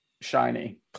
shiny